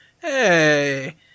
Hey